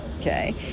okay